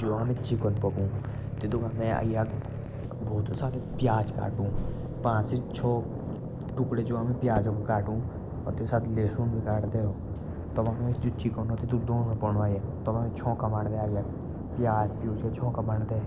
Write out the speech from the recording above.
जो आमे चिकेन पकौ तेतुक आमे अग्याक बहुते सारे प्याज काटु। तब चिकनक थोनो पद्थो अग्याक। तब आमे चोंका बन्दे।